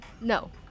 No